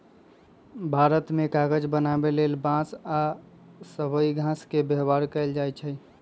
भारत मे कागज बनाबे लेल बांस आ सबइ घास के व्यवहार कएल जाइछइ